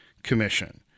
Commission